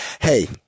Hey